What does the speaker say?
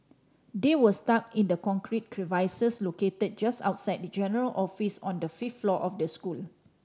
they were stuck in the concrete crevices located just outside the general office on the fifth floor of the school